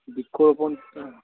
বৃক্ষরোপণটা